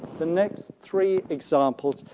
the next three examples,